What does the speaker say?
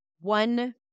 one